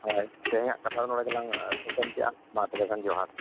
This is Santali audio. ᱦᱳᱭ ᱛᱮᱦᱮᱧᱟᱜ ᱠᱟᱛᱷᱟ ᱫᱚ ᱱᱚᱰᱮ ᱜᱮᱞᱟᱝ ᱛᱷᱩᱠᱟᱹᱢ ᱠᱮᱜᱼᱟ ᱢᱟᱛᱚᱵᱮ ᱠᱷᱟᱱ ᱡᱚᱦᱟᱨ